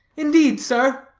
indeed, sir,